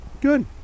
Good